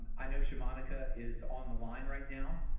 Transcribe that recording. i know shamanika is on the line right now.